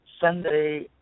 Sunday